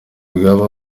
bwaba